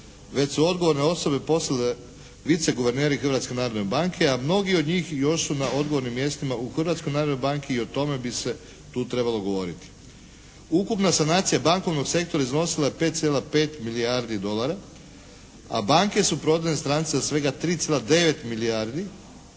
već su odgovorne osobe postale vice guverneri Hrvatske narodne banke a mnogi od njih još su na odgovornim mjestima u Hrvatskoj narodnoj banki i o tome bi se tu trebalo govoriti. Ukupna sanacija bankovnog sektora iznosila je 5,5 milijardi dolara, a banke su …/Govornik se ne razumije./… svega 3,9 milijardi odnosno